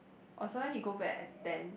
or sometime he go back at ten